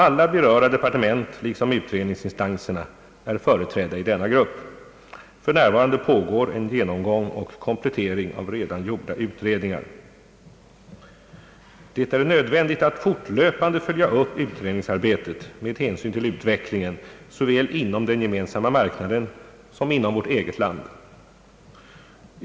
Alla berörda departement liksom utredningsinstanserna är företrädda i denna grupp. För närvarande pågår en genomgång och komplettering av redan gjorda utredningar. Det är nödvändigt att fortlöpande följa upp utredningsarbetet med hänsyn till utvecklingen såväl inom den gemensamma marknaden som inom vårt eget land.